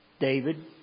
David